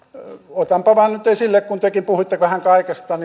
otanpa vain nyt esille kun tekin puhuitte vähän kaikesta